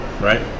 Right